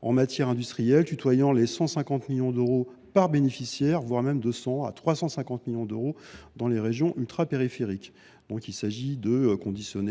en matière industrielle, tutoyant les 150 millions d’euros par bénéficiaire, voire 200 millions d’euros à 350 millions d’euros dans les régions ultrapériphériques. Il s’agit donc ici